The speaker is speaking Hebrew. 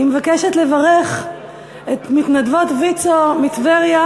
מבקשת לברך את מתנדבות ויצו מטבריה,